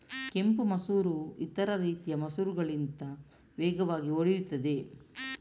ಕೆಂಪು ಮಸೂರವು ಇತರ ರೀತಿಯ ಮಸೂರಗಳಿಗಿಂತ ವೇಗವಾಗಿ ಒಡೆಯುತ್ತದೆ